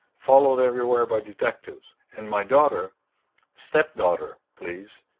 followed everywhere by detectives and my daughter stepdaughter, please,